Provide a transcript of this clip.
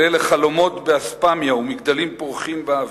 כל אלה חלומות באספמיה ומגדלים פורחים באוויר,